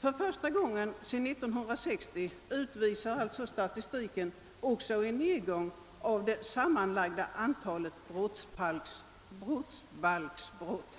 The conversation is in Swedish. För första gången sedan 1960 utvisar statistiken också en nedgång av det sammanlagda antalet brottsbalksbrott.